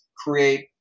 create